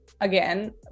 again